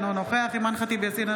אינו נוכח אימאן ח'טיב יאסין,